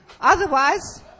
Otherwise